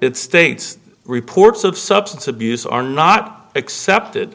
that states reports of substance abuse are not accepted